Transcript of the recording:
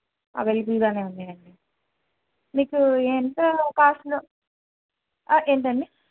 అవైలబుల్గా ఉన్నాయండి మీకు ఎంత కాస్ట్లో ఏంటండి